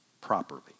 properly